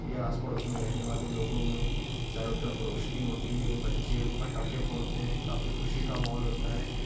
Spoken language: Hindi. या आस पड़ोस में रहने वाले लोगों में चारो तरफ रोशनी होती है बच्चे पटाखे फोड़ते हैं काफी खुशी का माहौल होता है